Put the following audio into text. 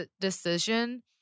decision